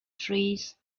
trees